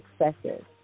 excessive